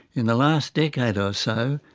in the last decade or so,